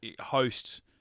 host